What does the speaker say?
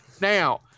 now